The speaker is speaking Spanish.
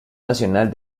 nacional